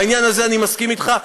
בעניין הזה אני מסכים אתך,